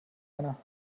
einer